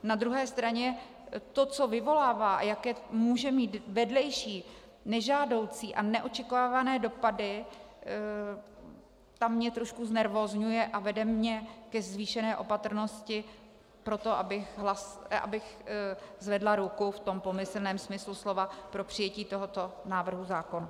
Na druhé straně to, co vyvolává, jaké může mít vedlejší nežádoucí a neočekávané dopady, to mě trošku znervózňuje a vede mě ke zvýšené opatrnosti pro to, abych zvedla ruku v tom pomyslném smyslu slova pro přijetí tohoto návrhu zákona.